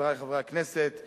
חברי חברי הכנסת,